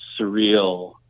surreal